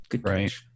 Right